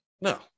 No